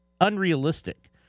unrealistic